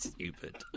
stupid